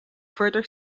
further